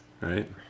right